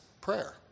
prayer